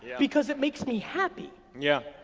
because it makes me happy. yeah.